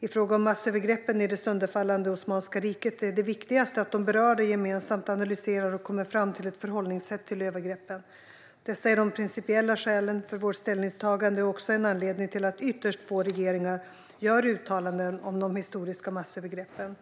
I fråga om massövergreppen i det sönderfallande Osmanska riket är det viktigaste att de berörda gemensamt analyserar och kommer fram till ett förhållningssätt till övergreppen. Dessa är de principiella skälen för vårt ställningstagande och också en anledning till att ytterst få regeringar gör uttalanden om de historiska massövergreppen.